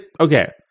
okay